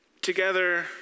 together